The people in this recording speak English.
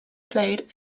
played